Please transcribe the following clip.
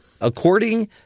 According